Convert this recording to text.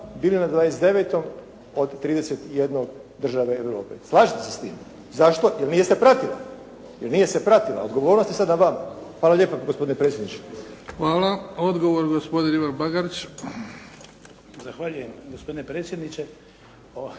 bili na 29. od 31. države Europe. Slažete se s tim? Zašto? Jer nije se pratila, jer nije se pratila. Odgovornost je sad na vama. Hvala lijepa gospodine predsjedniče. **Bebić, Luka (HDZ)** Hvala. Odgovor gospodin Ivan Bagarić. **Bagarić, Ivan (HDZ)** Zahvaljujem gospodine predsjedniče.